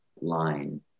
line